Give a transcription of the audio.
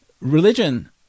religion